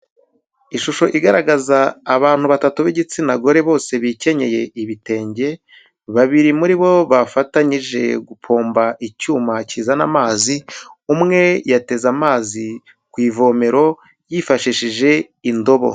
Ishusho igaragaza abantu batatu b'igitsina gore bose bikenyeye ibitenge, babiri muri bo bafatanyije gufomba icyuma kizana amazi, umwe yateze amazi ku ivomero yifashishije indobo.